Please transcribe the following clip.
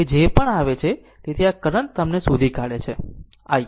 તે જે પણ આવે છે તેથી આ કરંટ તમને શોધી કાઢે છે i